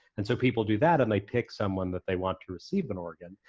and so people do that and they pick someone that they want to receive an organ,